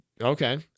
okay